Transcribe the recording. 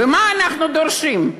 ומה אנחנו דורשים?